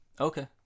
Okay